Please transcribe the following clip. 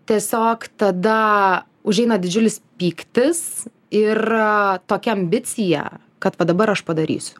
tiesiog tada užeina didžiulis pyktis ir tokia ambicija kad vat dabar aš padarysiu